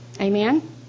Amen